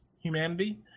humanity